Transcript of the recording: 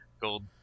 gold